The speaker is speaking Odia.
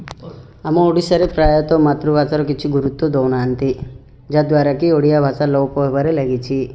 ଆମ ଓଡ଼ିଶାରେ ପ୍ରାୟତଃ ମାତୃଭାଷାର କିଛି ଗୁରୁତ୍ୱ ଦେଉନାହାଁନ୍ତି ଯାହା ଦ୍ୱାରା କି ଓଡ଼ିଆ ଭାଷା ଲୋପ ପାଇବାରେ ଲାଗିଛି